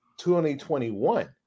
2021